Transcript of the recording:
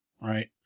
right